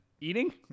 Eating